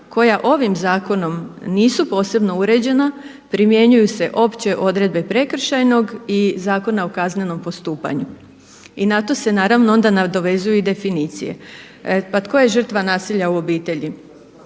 koja ovim zakonom nisu posebno uređena primjenjuju se opće odredbe Prekršajnog i Zakona o kaznenom postupanju. I na to se naravno onda nadovezuju i definicije. Pa tko je žrtva nasilja u obitelji?